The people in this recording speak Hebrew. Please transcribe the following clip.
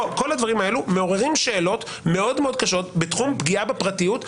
כל הדברים האלו מעוררים שאלות מאוד מאוד קשות בתחום פגיעה בפרטיות,